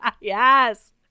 yes